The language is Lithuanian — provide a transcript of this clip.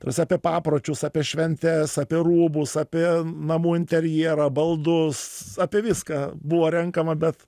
ta prasme apie papročius apie šventes apie rūbus apie namų interjerą baldus apie viską buvo renkama bet